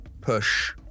push